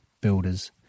builders